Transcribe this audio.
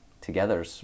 together